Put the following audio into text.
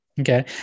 Okay